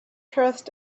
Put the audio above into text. trust